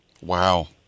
Wow